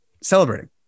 celebrating